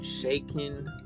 shaking